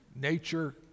nature